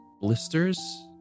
blisters